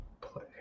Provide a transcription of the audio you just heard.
Play